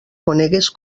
conegues